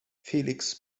felix